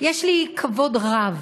יש לי כבוד רב,